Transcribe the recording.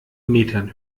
metern